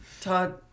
Todd